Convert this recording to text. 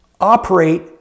operate